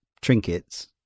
trinkets